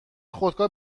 خودکار